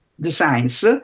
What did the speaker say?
designs